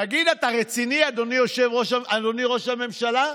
תגיד, אתה רציני, אדוני ראש הממשלה?